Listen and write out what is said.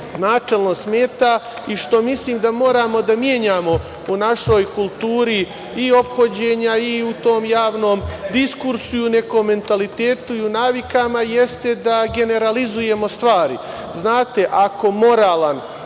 načelno smeta i što mislim da moramo da menjamo u našoj kulturi i ophođenja i u tom javnom diskursu i nekom mentalitetu i u navikama, jeste da generalizujemo stvari. Znate, ako se moralan,